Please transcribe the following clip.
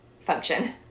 function